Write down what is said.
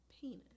Penis